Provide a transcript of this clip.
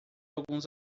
alguns